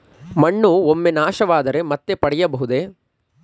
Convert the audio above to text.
ಮಣ್ಣು ಒಮ್ಮೆ ನಾಶವಾದರೆ ಮತ್ತೆ ಪಡೆಯಬಹುದೇ?